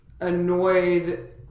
annoyed